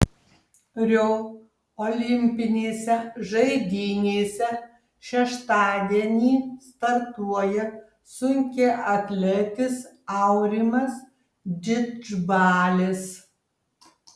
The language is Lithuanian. rio olimpinėse žaidynėse šeštadienį startuoja sunkiaatletis aurimas didžbalis